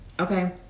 okay